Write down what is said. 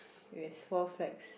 yes four flags